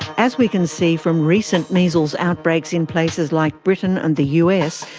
as we can see from recent measles outbreaks in places like britain and the us,